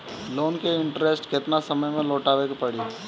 Loan के interest केतना समय में लौटावे के पड़ी?